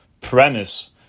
premise